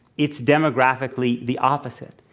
it's demographically the opposite.